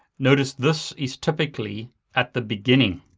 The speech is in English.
notice this is typically at the beginning.